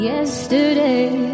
Yesterday